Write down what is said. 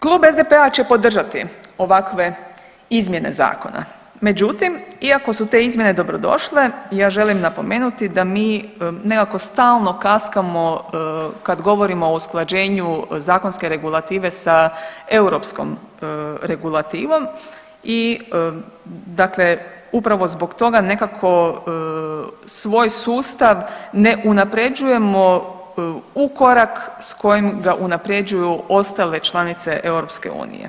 Klub SDP-a će podržati ovakve izmjene zakona, međutim iako su te izmjene dobro došle ja želim napomenuti da mi nekako stalno kaskamo kad govorimo o usklađenju zakonske regulative sa europskom regulativom i dakle upravo zbog toga nekako svoj sustav ne unapređujemo u korak sa kojim ga unapređuju ostale članice EU.